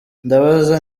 ndabaza